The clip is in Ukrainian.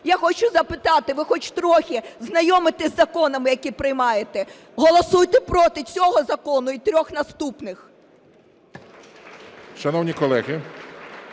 Я хочу запитати, ви хоч трохи знайомитесь із законами, які приймаєте? Голосуйте проти цього закону і трьох наступних!